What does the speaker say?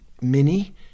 mini